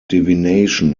divination